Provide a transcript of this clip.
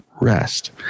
rest